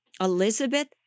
Elizabeth